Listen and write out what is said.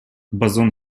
бозон